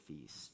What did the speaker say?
feast